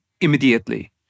immediately